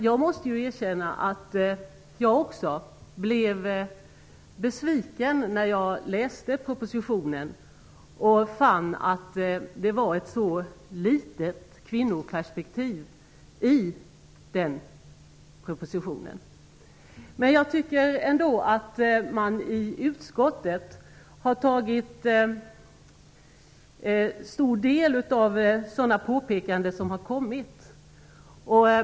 Jag måste erkänna att jag också blev besviken när jag läste propositionen och fann att kvinnoperspektivet i den var så litet. Men jag tycker ändå att man i utskottet i stor utsträckning har tagit del av sådana påpekanden som har gjorts.